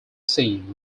scene